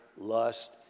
lust